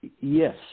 Yes